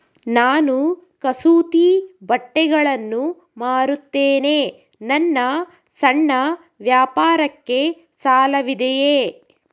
ನಾನು ಕಸೂತಿ ಬಟ್ಟೆಗಳನ್ನು ಮಾರುತ್ತೇನೆ ನನ್ನ ಸಣ್ಣ ವ್ಯಾಪಾರಕ್ಕೆ ಸಾಲವಿದೆಯೇ?